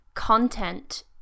content